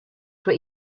were